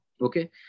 okay